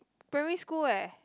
primary school eh